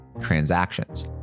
transactions